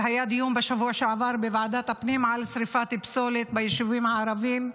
היה דיון בשבוע שעבר בוועדת הפנים על שריפת פסולת ביישובים הערביים.